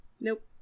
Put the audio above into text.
Nope